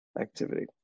activity